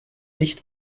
nicht